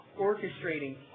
orchestrating